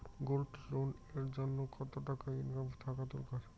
Gold loan এর জইন্যে কতো টাকা ইনকাম থাকা দরকার?